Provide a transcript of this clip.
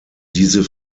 diese